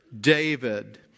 David